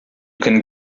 can